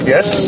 Yes